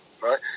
right